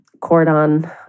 cordon